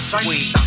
sweet